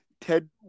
Ted